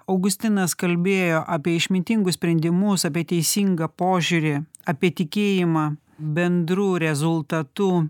augustinas kalbėjo apie išmintingus sprendimus apie teisingą požiūrį apie tikėjimą bendru rezultatu